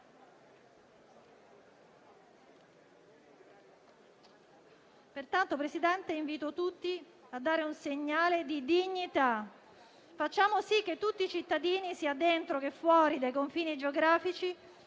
Pertanto, signor Presidente, invito tutti a dare un segnale di dignità. Facciamo sì che tutti i cittadini, sia dentro che fuori i confini geografici,